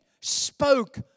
spoke